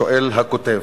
שואל הכותב,